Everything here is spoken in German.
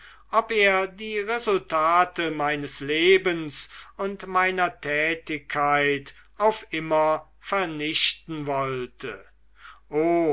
ob er die resultate meines lebens und meiner tätigkeit auf immer vernichten wollte o